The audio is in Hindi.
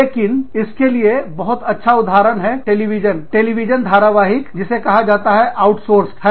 लेकिन इसके लिए बहुत अच्छा उदाहरण हैटेलीविजन धारावाहिक जिसे कहा जाता आउटसोर्स है